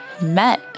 met